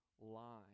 lie